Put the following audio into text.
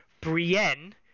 Brienne